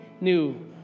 new